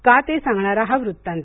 का ते सांगणारा हा वृत्तांत